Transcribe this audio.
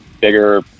bigger